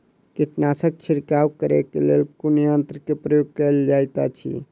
कीटनासक छिड़काव करे केँ लेल कुन यंत्र केँ प्रयोग कैल जाइत अछि?